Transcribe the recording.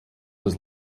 was